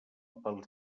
pels